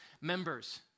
members